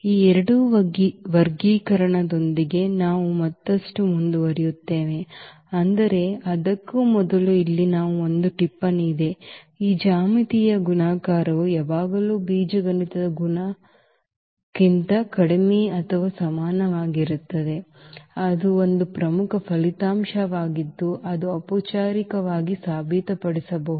ಈ ಎರಡು ವರ್ಗೀಕರಣದೊಂದಿಗೆ ನಾವು ಮತ್ತಷ್ಟು ಮುಂದುವರಿಯುತ್ತೇವೆ ಆದರೆ ಅದಕ್ಕೂ ಮೊದಲು ಇಲ್ಲಿ ಒಂದು ಟಿಪ್ಪಣಿ ಇದೆ ಈ ಜ್ಯಾಮಿತೀಯ ಗುಣಾಕಾರವು ಯಾವಾಗಲೂ ಬೀಜಗಣಿತದ ಗುಣಕಕ್ಕಿಂತ ಕಡಿಮೆ ಅಥವಾ ಸಮಾನವಾಗಿರುತ್ತದೆ ಅದು ಒಂದು ಪ್ರಮುಖ ಫಲಿತಾಂಶವಾಗಿದ್ದು ಅದು ಔಪಚಾರಿಕವಾಗಿ ಸಾಬೀತುಪಡಿಸಬಹುದು